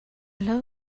low